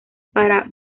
para